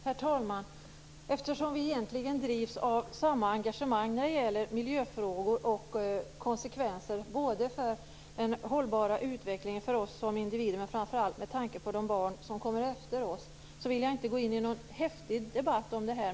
Herr talman! Eftersom vi egentligen har samma engagemang i miljöfrågor och konsekvenser både för den hållbara utvecklingen för oss som individer men framför allt med tanke på kommande generationer, vill jag inte gå in i någon häftig debatt om detta.